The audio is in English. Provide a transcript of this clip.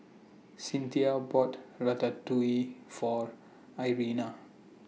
Cinthia bought Ratatouille For Irena